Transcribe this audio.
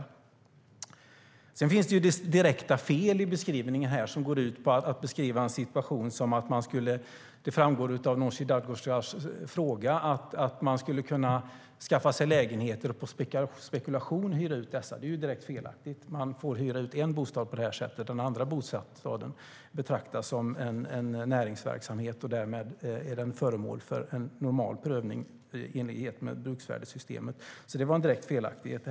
bostad på detta sätt. Den andra bostaden betraktas som en näringsverksamhet, och därmed är den föremål för en normal prövning i enlighet med bruksvärdessystemet. Det var alltså en direkt felaktighet.